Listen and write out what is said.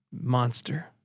monster